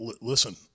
Listen